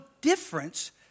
difference